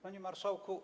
Panie Marszałku!